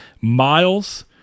Miles